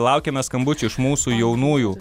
laukiame skambučių iš mūsų jaunųjų